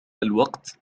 الوقت